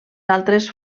altres